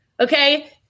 okay